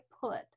put